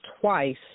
twice